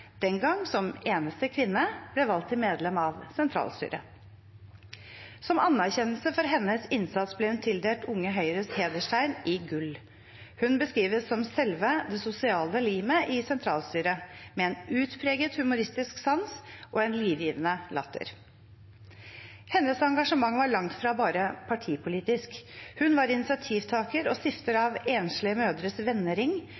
den gang som eneste kvinne, ble valgt til medlem av sentralstyret. Som anerkjennelse for sin innsats ble hun tildelt Unge Høyres hederstegn i gull. Hun beskrives som selve det sosiale limet i sentralstyret, med en utpreget humoristisk sans og en livgivende latter. Hennes engasjement var langt fra bare partipolitisk. Hun var initiativtaker og stifter av Enslige mødres vennering